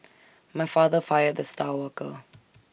my father fired the star worker